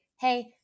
Hey